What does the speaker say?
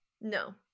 No